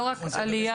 לא רק עלייה.